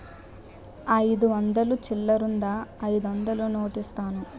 అయిదు వందలు చిల్లరుందా అయిదొందలు నోటిస్తాను?